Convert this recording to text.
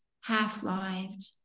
half-lived